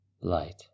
Light